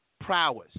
prowess